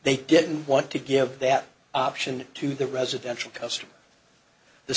they didn't want to give that option to the residential